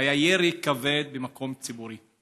היה ירי כבד במקום ציבורי,